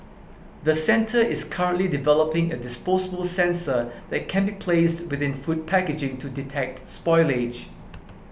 the centre is currently developing a disposable sensor that can be placed within food packaging to detect spoilage